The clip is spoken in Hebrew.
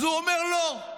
אז הוא אומר: לא,